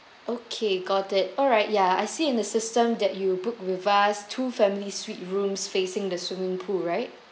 okay got it alright ya I see in the system that you booked with us two family suite rooms facing the swimming pool right